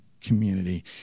community